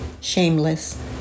Shameless